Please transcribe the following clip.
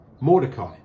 Mordecai